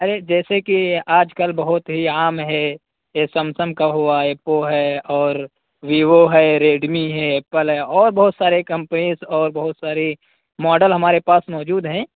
ارے جیسے کہ آج کل بہت ہی عام ہے سمسنگ کا ہوا ایپو ہے اور ویوو ہے ریڈمی ہے ایپل ہے اور بہت سارے کمپنیز اور بہت ساری ماڈل ہمارے پاس موجود ہیں